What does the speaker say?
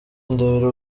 ndahiro